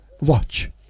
Watch